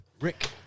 Rick